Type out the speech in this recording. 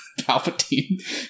Palpatine